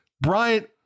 Bryant